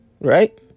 right